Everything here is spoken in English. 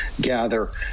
gather